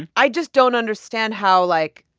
i just don't understand how, like,